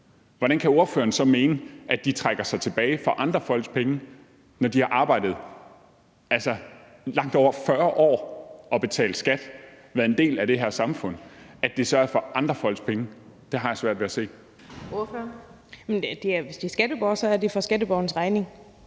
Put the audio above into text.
Hvordan kan ordføreren så mene, at de trækker sig tilbage for andre folk penge? Når de har arbejdet langt over 40 år og betalt skat og været en del af det her samfund, er det så for andres folk penge? Det har jeg svært ved se. Kl. 14:50 Den fg. formand (Birgitte